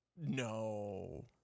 No